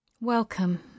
welcome